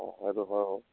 অঁ সেইটো হয়